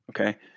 okay